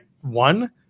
one